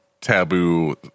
taboo